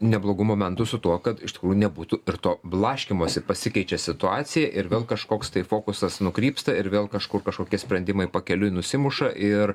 neblogų momentų su tuo kad iš tikrųjų nebūtų ir to blaškymosi pasikeičia situacija ir vėl kažkoks tai fokusas nukrypsta ir vėl kažkur kažkokie sprendimai pakeliui nusimuša ir